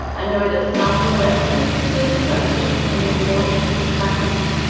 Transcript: i know that some were left with fertility first when they bought his practice.